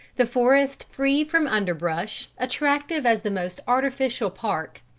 the forest free from underbrush, attractive as the most artificial park,